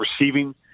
receiving